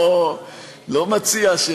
אני לא מציע,